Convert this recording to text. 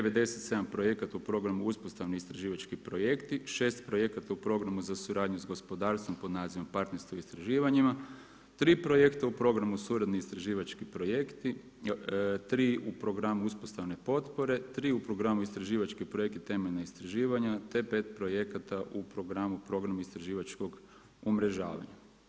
97 projekata u Programu uspostavni istraživački projekti, 6 projekta u Programu za suradnju s gospodarstvom pod nazivom partnerstvo istraživanjima, 3 projekta u Programu suradnji istraživački projekti, 3 u Programu uspostave potpore, 3 u Programu istraživački projekti temelj istraživanja te 5 projekata u Programu program istraživačkog umrežavanja.